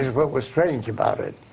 what was strange about it.